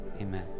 Amen